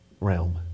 realm